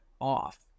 off